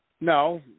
No